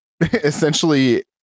essentially